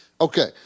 Okay